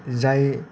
जाय